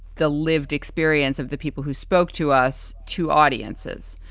the lived experience of the people who spoke to us, to audiences.